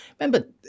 Remember